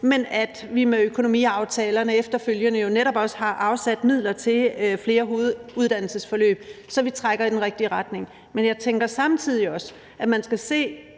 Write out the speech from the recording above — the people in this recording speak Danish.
men at vi med økonomiaftalerne efterfølgende jo netop også har afsat midler til flere hoveduddannelsesforløb, så vi trækker i den rigtige retning. Men jeg tænker samtidig også, at man skal se